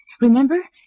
remember